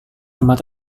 rumah